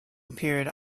appeared